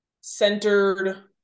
centered